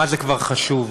מה זה כבר חשוב.